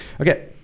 okay